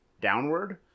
downward